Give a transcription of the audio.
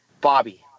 bobby